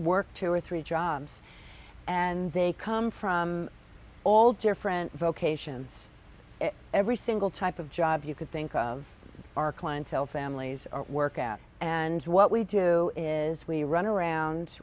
work two or three jobs and they come from all different vocations every single type of job you could think of our clientele families work at and what we do is we run around